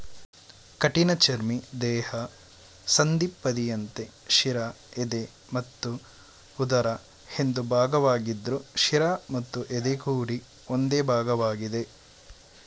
ಕಠಿಣಚರ್ಮಿ ದೇಹ ಸಂಧಿಪದಿಯಂತೆ ಶಿರ ಎದೆ ಮತ್ತು ಉದರ ಎಂದು ಭಾಗವಾಗಿದ್ರು ಶಿರ ಮತ್ತು ಎದೆ ಕೂಡಿ ಒಂದೇ ಭಾಗವಾಗಿದೆ